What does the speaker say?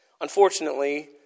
Unfortunately